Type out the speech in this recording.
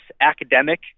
academic